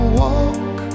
walk